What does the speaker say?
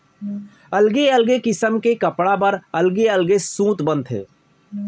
अलगे अलगे किसम के कपड़ा बर अलगे अलग सूत बनथे